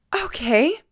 Okay